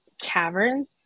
caverns